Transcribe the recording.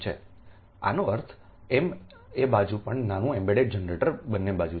આનો અર્થ એમ આ બાજુ પણ નાના એમ્બેડેડ જનરેટર બંને બાજુ છે